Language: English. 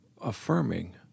affirming